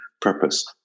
purpose